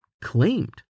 claimed